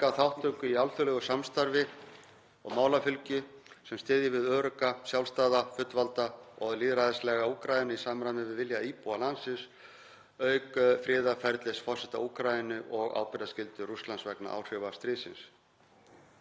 þátttöku í alþjóðlegu samstarfi og málafylgju sem styðji við örugga, sjálfstæða, fullvalda og lýðræðislega Úkraínu í samræmi við vilja íbúa landsins, auk friðarferlis forseta Úkraínu og ábyrgðarskyldu Rússlands vegna áhrifa stríðsins.